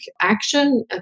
action